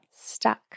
stuck